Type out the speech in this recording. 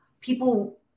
people